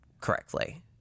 correctly